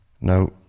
Now